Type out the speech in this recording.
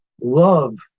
love